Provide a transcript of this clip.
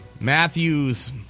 Matthews